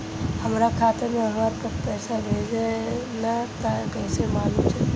हमरा खाता में हमर पति पइसा भेजल न ह त कइसे मालूम चलि?